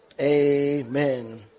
Amen